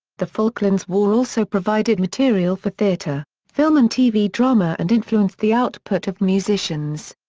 the falklands war also provided material for theatre, film and tv drama and influenced the output of musicians.